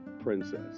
princess